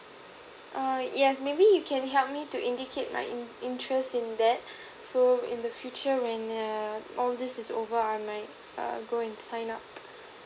err yes maybe you can help me to indicate my in~ interest in that so in the future when err all this is over I might err go and sign up